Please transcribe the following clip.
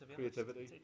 Creativity